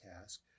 task